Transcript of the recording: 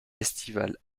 estivale